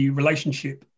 relationship